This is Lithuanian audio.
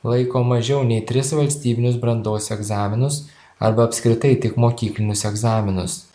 laiko mažiau nei tris valstybinius brandos egzaminus arba apskritai tik mokyklinius egzaminus